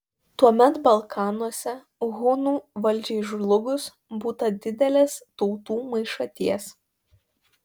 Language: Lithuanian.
tuomet balkanuose hunų valdžiai žlugus būta didelės tautų maišaties